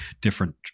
different